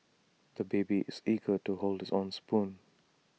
the baby is eager to hold his own spoon